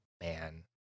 Man